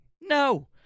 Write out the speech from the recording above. No